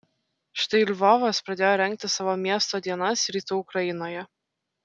štai lvovas pradėjo rengti savo miesto dienas rytų ukrainoje